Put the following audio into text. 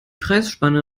preisspanne